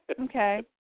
Okay